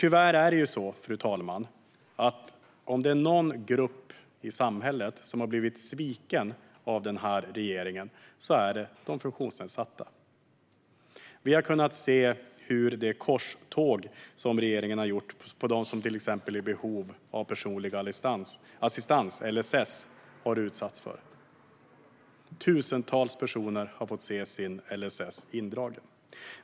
Tyvärr är det så att om det är någon grupp i samhället som har blivit sviken av denna regering är det de funktionsnedsatta. Vi har kunnat se hur till exempel de som är i behov av personlig assistans, LSS, har blivit utsatta för regeringens korståg. Tusentals personer har fått se sin LSS bli indragen.